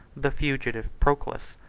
the fugitive proculus.